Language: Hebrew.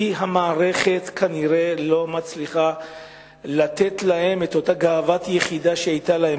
כי המערכת כנראה לא מצליחה לתת להם את אותה גאוות יחידה שהיתה להם